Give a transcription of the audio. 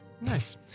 Nice